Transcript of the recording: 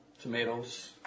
tomatoes